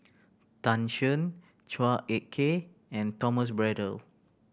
Tan Shen Chua Ek Kay and Thomas Braddell